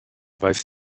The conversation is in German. weiß